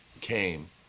came